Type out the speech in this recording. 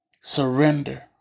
surrender